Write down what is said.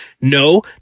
No